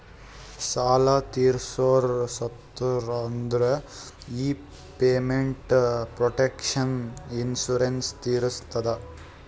ಸಾಲಾ ತೀರ್ಸೋರು ಸತ್ತುರ್ ಅಂದುರ್ ಈ ಪೇಮೆಂಟ್ ಪ್ರೊಟೆಕ್ಷನ್ ಇನ್ಸೂರೆನ್ಸ್ ತೀರಸ್ತದ